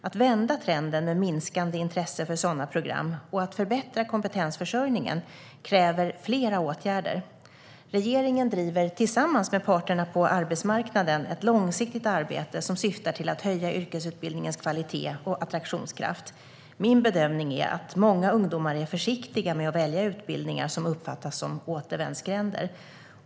Att vända trenden med minskande intresse för sådana program och att förbättra kompetensförsörjningen kräver flera åtgärder. Regeringen driver tillsammans med parterna på arbetsmarknaden ett långsiktigt arbete som syftar till att höja yrkesutbildningens kvalitet och attraktionskraft. Min bedömning är att många ungdomar är försiktiga med att välja utbildningar som uppfattas som återvändsgränder.